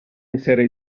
essere